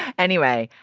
anyway,